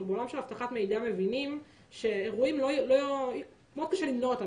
בעולם של אבטחת מידע מבינים שמאוד קשה למנוע אירועים.